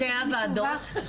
שתי הוועדות?